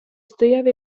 стояв